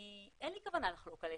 אין לי כוונה לחלוק עליך,